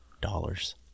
dollars